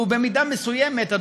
במידה מסוימת,